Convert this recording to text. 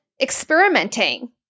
experimenting